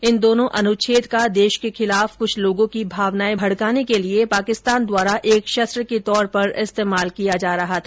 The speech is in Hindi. इन दोनों अनुच्छेद का देश के खिलाफ कुछ लोगों की भावनाएं भड़काने के लिए पाकिस्तान द्वारा एक शस्त्र के तौर पर इस्तेमाल किया जा रहा था